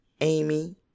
amy